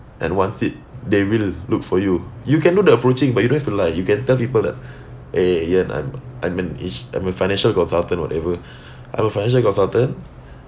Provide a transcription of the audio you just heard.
and wants it they will look for you you can do the approaching but you don't have to lie you can tell people that eh ian I'm I'm an ins~ I'm a financial consultant whatever I'm a financial consultant